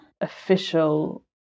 official